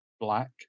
black